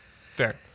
Fair